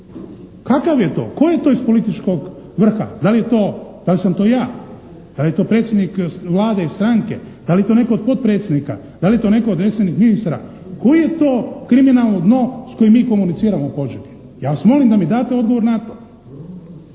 Kakav je to, tko je to iz političkog vrha? Da li je to, da li sam to ja, da li je to predsjednik Vlade ili stranke, da li je to netko od potpredsjednika, da li je to netko od resornih ministara, tko je to kriminalno dno s kojim mi komuniciramo u Požegi? Ja vas molim da mi date odgovor na to.